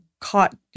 caught